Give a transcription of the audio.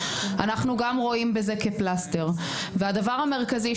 אנחנו גם רואים בזה כפלסטר והדבר המרכזי,